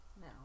No